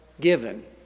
given